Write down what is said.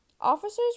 Officers